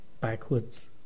backwards